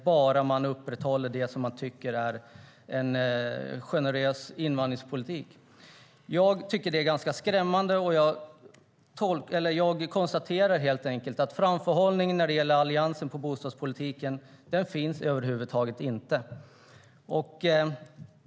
Men man ska upprätthålla en generös invandringspolitik. Jag tycker att det är ganska skrämmande och konstaterar att framförhållningen när det gäller Alliansens bostadspolitik helt enkelt inte finns.